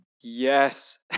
yes